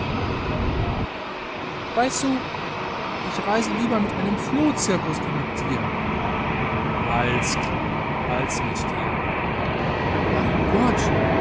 weißt du lieber reise ich mit einem flohzirkus wie mit dir als claire als mit dir ach gott